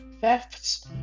thefts